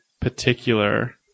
particular